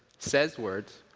says words,